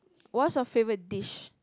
what's your favorite dish